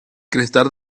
cristal